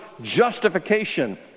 justification